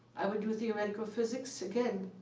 i would do theoretical physics again.